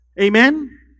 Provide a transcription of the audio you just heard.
Amen